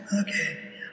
okay